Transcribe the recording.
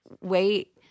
wait